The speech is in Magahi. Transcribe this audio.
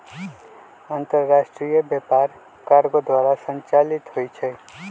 अंतरराष्ट्रीय व्यापार कार्गो द्वारा संचालित होइ छइ